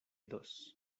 dos